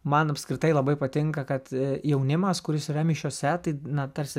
man apskritai labai patinka kad jaunimas kuris yra mišiose tai na tarsi